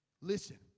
Listen